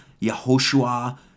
yahoshua